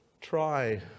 try